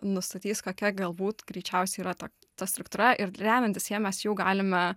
nustatys kokia galbūt greičiausiai yra ta ta struktūra ir remiantis ja mes jau galime